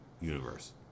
universe